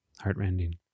Heartrending